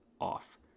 off